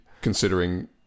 considering